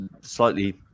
slightly